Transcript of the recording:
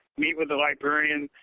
meet with the librarian,